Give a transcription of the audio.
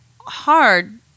hard